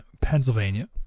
Pennsylvania